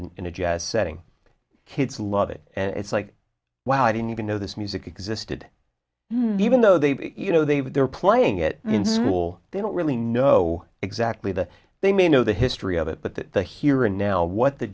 and in a jazz setting kids love it and it's like wow i didn't even know this music existed even though they you know they've they're playing it cool they don't really know exactly that they may know the history of it but that the here and now what the